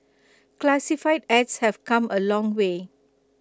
classified ads have come A long way